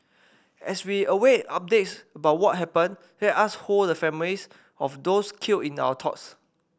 as we await updates about what happened let us hold the families of those killed in our thoughts